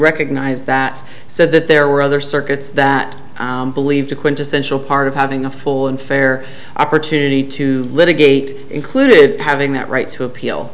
recognize that said that there were other circuits that believed the quintessential part of having a full and fair opportunity to litigate included having that right to appeal